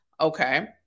Okay